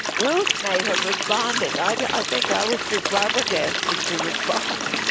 ruth may have responded. i do. i think i was too flabbergasted to respond